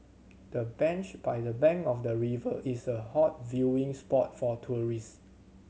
the bench by the bank of the river is a hot viewing spot for tourist